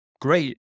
great